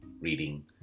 reading